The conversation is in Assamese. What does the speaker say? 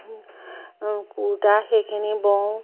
ওম আ কুৰ্তা সেইখিনি বওঁ